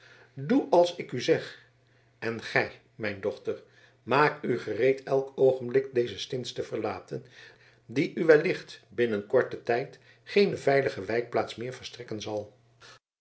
doe als ik u zeg en gij mijn dochter maak u gereed elk oogenblik deze stins te verlaten die u wellicht binnen korten tijd geene veilige wijkplaats meer verstrekken zal